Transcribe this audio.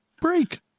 break